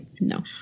no